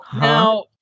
Now